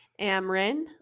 amrin